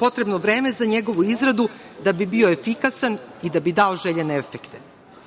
potrebno vreme za njegovu izradu da bi bio efikasan i da bi dao željene efekte. Ovaj